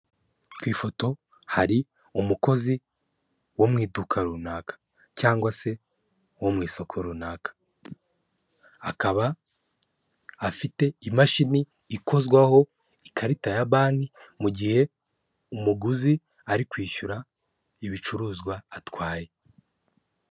Ku ifoto hari umukozi wo mu iduka runaka cyangwa se wo mu isoko runaka, akaba afite imashini ikozwaho ikarita ya banki mu gihe umuguzi ari kwishyura ibicuruzwa atwaye.